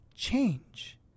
change